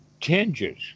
tinges